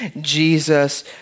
Jesus